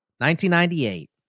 1998